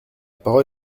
parole